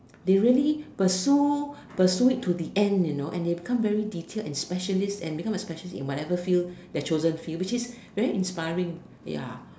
they really pursue pursue it to the end you know and they become very detailed and specialist and become a specialist in whatever field their chosen field which is very inspiring ya